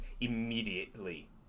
immediately